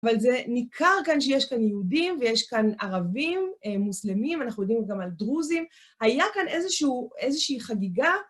אבל זה ניכר כאן שיש כאן יהודים ויש כאן ערבים, מוסלמים, אנחנו יודעים גם על דרוזים, הייתה כאן איזושהי חגיגה.